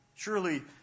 Surely